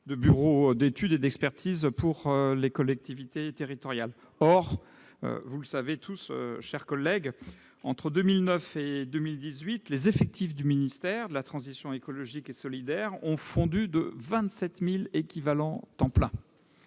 de bureau d'études et d'expertise pour les collectivités territoriales. Or, vous le savez, mes chers collègues, entre 2009 et 2018, les effectifs du ministère de la transition écologique et solidaire ont fondu de 27 000 équivalents temps plein.